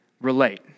relate